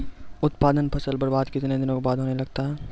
उत्पादन फसल बबार्द कितने दिनों के बाद होने लगता हैं?